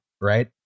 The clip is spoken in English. right